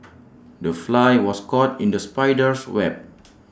the fly was caught in the spider's web